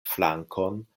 flankon